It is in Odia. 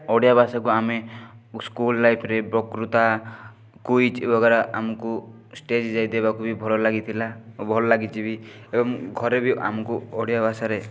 ଓଡ଼ିଆଭାଷାକୁ ଆମେ ସ୍କୁଲ୍ ଲାଇଫ୍ରେ ବକ୍ତୃତା କୁଇଜ୍ ବଗେରା ଆମକୁ ଷ୍ଟେଜ୍ ଯାଇ ଦେବାକୁ ବି ଭଲ ଲାଗିଥିଲା ଓ ଭଲ ଲାଗିଛି ବି ଏବଂ ଘରେ ବି ଆମକୁ ଓଡ଼ିଆ ଭାଷାରେ